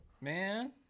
man